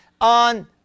on